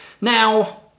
Now